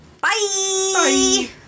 Bye